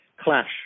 Clash